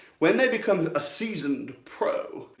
when they become a seasoned pro,